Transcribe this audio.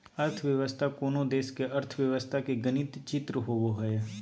अर्थव्यवस्था कोनो देश के अर्थव्यवस्था के गणित चित्र होबो हइ